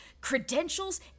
credentials